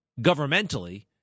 governmentally